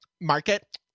market